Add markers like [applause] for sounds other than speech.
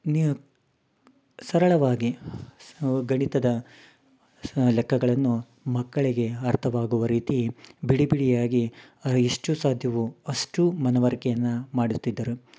ನೀ ಸರಳವಾಗಿ [unintelligible] ಗಣಿತದ ಸ ಲೆಕ್ಕಗಳನ್ನು ಮಕ್ಕಳಿಗೆ ಅರ್ಥವಾಗುವ ರೀತಿ ಬಿಡಿ ಬಿಡಿಯಾಗಿ ಎಷ್ಟು ಸಾಧ್ಯವೊ ಅಷ್ಟು ಮನವರಿಕೆಯನ್ನ ಮಾಡುತ್ತಿದ್ದರು